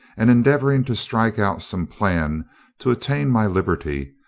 and endeavouring to strike out some plan to attain my liberty,